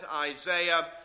Isaiah